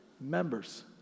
members